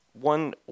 one